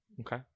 Okay